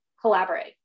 collaborate